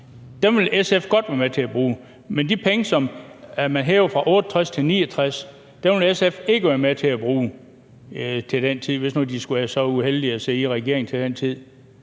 vil SF godt være med til at bruge, men de penge, som kommer ind, ved at man hæver alderen fra 68 til 69 år, vil SF ikke være med til at bruge til den tid, hvis nu de skulle være så uheldige at sidde i regering til den tid.